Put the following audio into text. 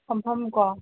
ꯐꯝꯐꯝꯀꯣ